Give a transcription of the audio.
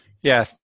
Yes